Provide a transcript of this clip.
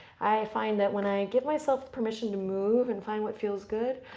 i find that when i give myself permission to move and find what feels good,